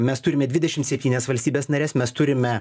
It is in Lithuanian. mes turime dvidešim septynias valstybes nares mes turime